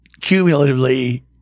cumulatively